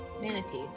Manatee